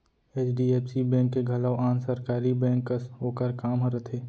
HDFC bank के घलौ आन सरकारी बेंक कस ओकर काम ह रथे